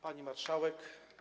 Pani Marszałek!